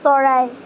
চৰাই